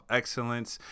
excellence